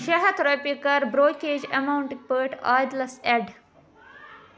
شےٚ ہَتھ رۄپیہِ کَر برٛوکریج اٮ۪ماوُنٛٹٕکۍ پٲٹھۍ عادِلَس اٮ۪ڈ